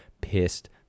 pissed